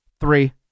Three